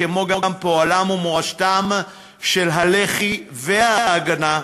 כמו גם פועלם ומורשתם של הלח"י ו"ההגנה",